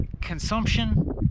consumption